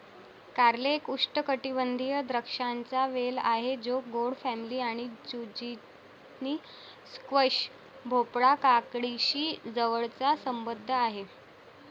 कारले एक उष्णकटिबंधीय द्राक्षांचा वेल आहे जो गोड फॅमिली आणि झुचिनी, स्क्वॅश, भोपळा, काकडीशी जवळचा संबंध आहे